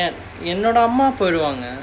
என்னோட அம்மா போய்டுவாங்க:ennoda amma poiduvaanga